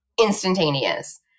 instantaneous